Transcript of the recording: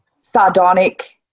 sardonic